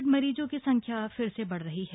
Covid मरीजों की संख्या फिर से बढ़ रही है